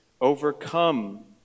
overcome